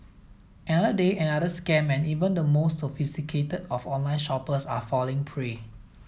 another day another scam and even the most sophisticated of online shoppers are falling prey